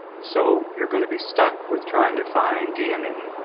so you're going to be stuck with trying to find dna